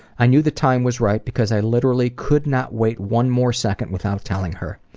i knew the time was right because i literally could not wait one more second without telling her.